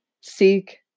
seek